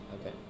Okay